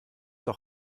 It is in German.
doch